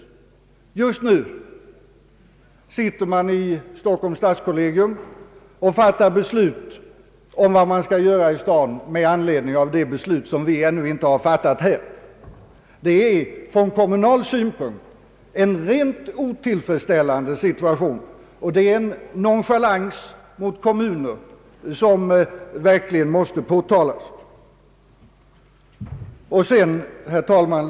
Just nu sitter man i Stockholms stadskollegium och fattar beslut om hur man skall göra i staden med anledning av det beslut som vi ännu inte har fattat här. Det är från kommunal synpunkt en rent otillfredsställande situation, och det är en nonchalans mot kommunerna som verkligen måste påtalas. Herr talman!